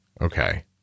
okay